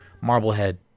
Marblehead